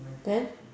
then